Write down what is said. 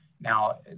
Now